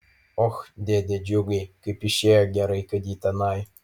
och dėde džiugai kaip išėjo gerai kad ji tenai